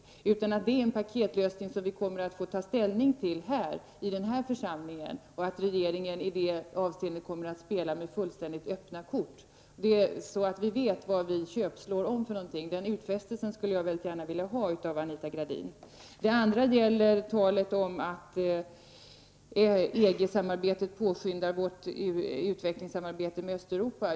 Jag hoppas att det är en paketlösning som vi kommer att få ta ställning till i den här församlingen och att regeringen i det avseendet kommer att spela med fullständigt öppna kort, så att vi vet vad vi köpslår om. Den utfästelsen skulle jag mycket gärna vilja ha av Anita Gradin. Sedan gäller det talet om att EG-samarbetet påskyndar vårt utvecklingssamarbete med Östeuropa.